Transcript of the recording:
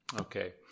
Okay